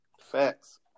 Facts